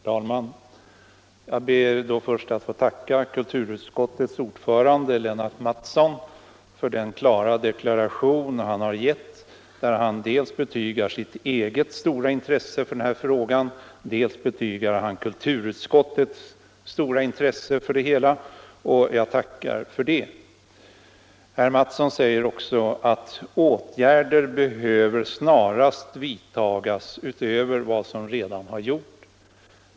Herr talman! Jag ber först att få tacka kulturutskottets ordförande Lennart Mattsson för hans klara deklaration, där han betygar sitt eget och kulturutskottets intresse för denna fråga. Herr Mattsson säger också att åtgärder snarast behöver vidtas utöver vad som redan har gjorts.